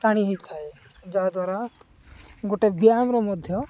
ଟାଣିହୋଇଥାଏ ଯାହା ଦ୍ୱାରା ଗୋଟେ ବ୍ୟାୟାମର ମଧ୍ୟ